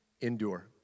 endure